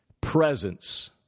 presence